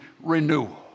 renewal